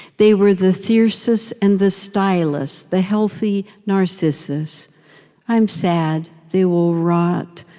they were the thyrsus and the stylus, the healthy narcissus i'm sad they will rot.